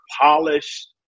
polished